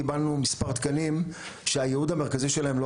קיבלנו מספר תקנים שהייעוד המרכזי שלהם לא